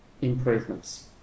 improvements